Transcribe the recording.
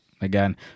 Again